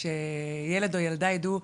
שילד או ילדה ידעו,